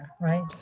right